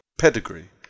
pedigree